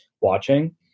watching